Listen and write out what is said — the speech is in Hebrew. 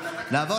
2251. הצבעה.